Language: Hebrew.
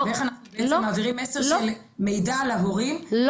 לא -- ואיך אנחנו בעצם מעבירים מסר של מידע להורים -- לא,